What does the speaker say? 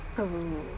oh